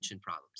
problems